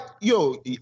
yo